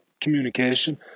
communication